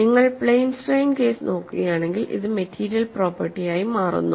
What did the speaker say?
നിങ്ങൾ plane strain case നോക്കുകയാണെങ്കിൽ അത് മെറ്റീരിയൽ പ്രോപ്പർട്ടി ആയി മാറുന്നു